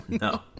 No